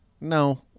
no